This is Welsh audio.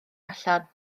allan